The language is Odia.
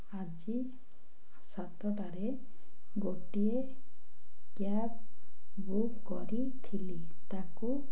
ଆଜି ସାତଟାରେ ଗୋଟିଏ କ୍ୟାବ୍ ବୁକ୍ କରିଥିଲି ତାକୁ